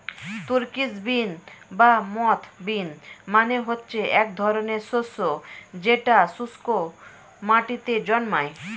Turkish bean বা moth bean মানে হচ্ছে এক ধরনের শস্য যেটা শুস্ক মাটিতে জন্মায়